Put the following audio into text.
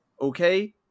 Okay